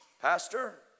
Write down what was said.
pastor